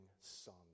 Son